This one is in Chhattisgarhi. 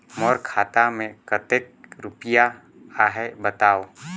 मोर खाता मे कतेक रुपिया आहे बताव?